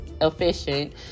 efficient